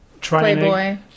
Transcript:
Playboy